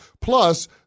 Plus